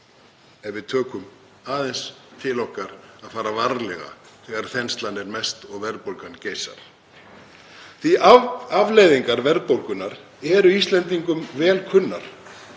ef við tökum aðeins til okkar að fara varlega þegar þenslan er mest og verðbólgan geisar. Afleiðingar verðbólgunnar eru Íslendingum vel kunnar